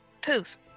Poof